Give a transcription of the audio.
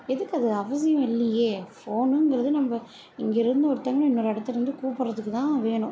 எதுக்கு அது அவசியம் இல்லையே ஃபோனுங்குறது நம்ம இங்கேயிருந்து ஒருத்தவங்கள இன்னொரு இடத்துலேருந்து கூப்பிட்றதுக்கு தான் வேணும்